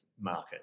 market